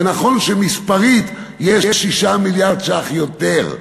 זה נכון שמספרית יש 6 מיליארד שקלים יותר,